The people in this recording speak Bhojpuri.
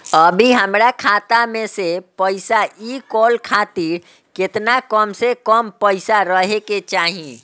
अभीहमरा खाता मे से पैसा इ कॉल खातिर केतना कम से कम पैसा रहे के चाही?